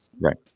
Right